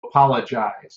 apologize